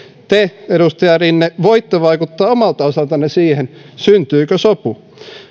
te edustaja rinne voitte vaikuttaa omalta osaltanne siihen syntyykö sopu